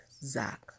Zach